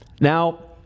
Now